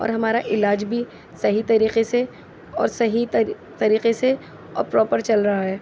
اور ہمارا علاج بھی صحیح طریقے سے اور صحیح طریقے سے پراپر چل رہا ہے